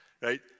Right